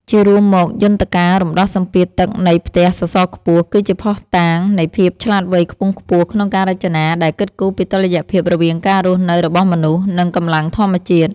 ជារួមមក យន្តការរំដោះសម្ពាធទឹកនៃផ្ទះសសរខ្ពស់ គឺជាភស្តុតាងនៃភាពឆ្លាតវៃខ្ពង់ខ្ពស់ក្នុងការរចនាដែលគិតគូរពីតុល្យភាពរវាងការរស់នៅរបស់មនុស្ស និងកម្លាំងធម្មជាតិ។